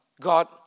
God